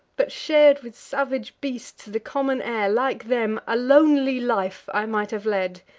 but shar'd with salvage beasts the common air. like them, a lonely life i might have led,